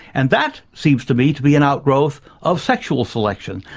and that seems to me to be an outgrowth of sexual selection.